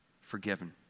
forgiven